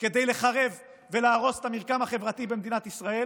כדי לחרב ולהרוס את המרקם החברתי במדינת ישראל